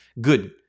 Good